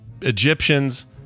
Egyptians